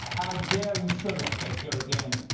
how dare you show your face here again?